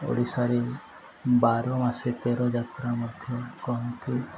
ଓଡ଼ିଶାରେ ବାର ମାସେ ତେର ଯାତ୍ରା ମଧ୍ୟ କୁହନ୍ତି